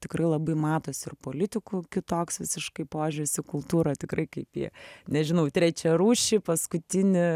tikrai labai matosi ir politikų kitoks visiškai požiūris į kultūrą tikrai kaip į nežinau trečiarūšį paskutinį